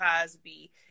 cosby